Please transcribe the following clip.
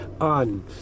on